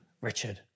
Richard